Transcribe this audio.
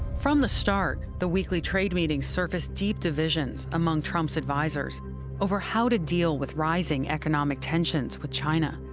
from the start, the weekly trade meetings surfaced deep divisions among trump's advisers over how to deal with rising economic tensions with china.